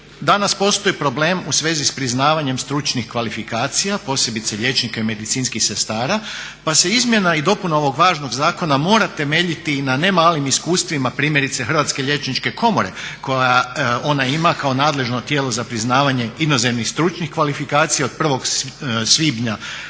danas postoji problem u svezi s priznavanjem stručnih kvalifikacija, posebice liječnika i medicinskih sestara pa se izmjena i dopuna ovog važnog zakona mora temeljiti i na ne malim iskustvima, primjerice Hrvatske liječničke komore koja ona ima kao nadležno tijelo za priznavanje inozemnih stručnih kvalifikacija od 1. svibnja